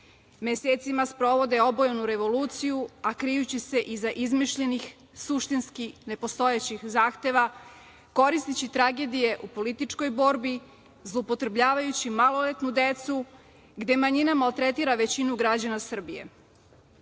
Mesecima sprovode obojenu revoluciju, a krijući se iza izmišljenih suštinski nepostojećih zahteva, koristeći tragedije u političkoj borbi, zloupotrebljavajući maloletnu decu, gde manjina maltretira većinu građana Srbije.